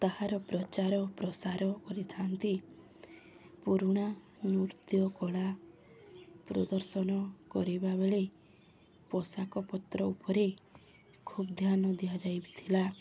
ତାହାର ପ୍ରଚାର ପ୍ରସାର କରିଥାନ୍ତି ପୁରୁଣା ନୃତ୍ୟ କଳା ପ୍ରଦର୍ଶନ କରିବାବେଳେ ପୋଷାକପତ୍ର ଉପରେ ଖୁବ ଧ୍ୟାନ ଦିଆଯାଇଥିଲା